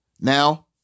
Now